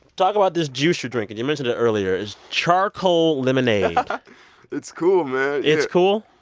talk about this juice you're drinking. you mentioned it earlier. it's charcoal lemonade but it's cool, man it's cool?